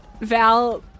Val